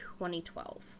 2012